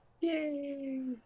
yay